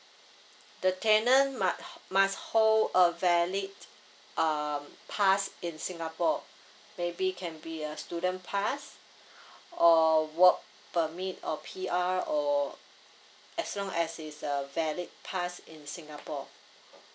the tenant mu~ must hold a valid um pass in singapore maybe can be a student pass or work permit or P_R or as long as it's a valid pass in singapore